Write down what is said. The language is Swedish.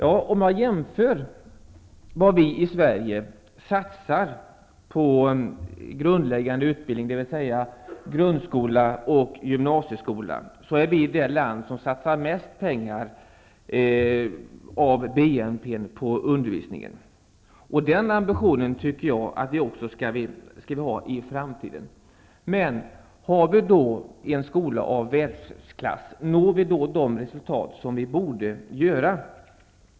Vid en jämförelse av vad vi i Sverige satsar på grundläggande utbildning, dvs. grund och gymnasieskola, är Sverige det land som satsar mest pengar av BNP på undervisningen. Jag tycker att vi skall ha den ambitionen även i framtiden. Men är skolan av världsklass? Når vi de resultat vi borde göra?